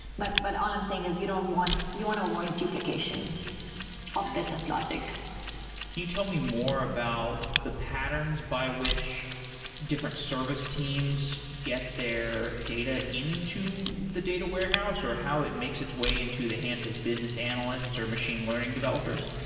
but but all i'm saying is you don't want you want to avoid duplication of business logic can you tell me more about the patterns by which different service teams get their data into the data warehouse, or how it makes its way into the hands of business analysts, or machine learning developers?